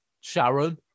Sharon